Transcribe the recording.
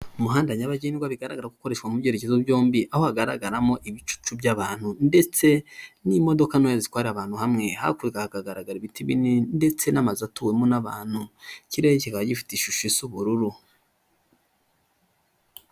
Umuhanda nyabagendwa bigaragara ko ukoreshwa mu byerekezo byombi, aho hagaragaramo ibicucu by'abantu ndetse n'imodoka ntoya zitwarira abantu hamwe, hakurya hakagaragara ibiti binini ndetse n'amazu atuwemo n'abantu, ikirere kikaba gifite ishusho isa ubururu.